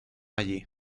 allí